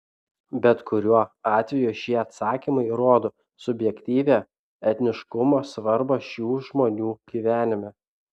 bet kuriuo atveju šie atsakymai rodo subjektyvią etniškumo svarbą šių žmonių gyvenime